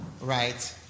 right